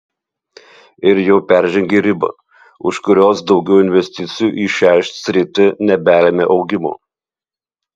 ir jau peržengė ribą už kurios daugiau investicijų į šią sritį nebelemia augimo